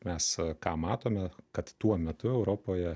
mes ką matome kad tuo metu europoje